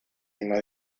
mismo